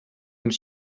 les